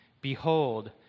Behold